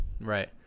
right